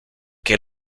que